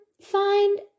find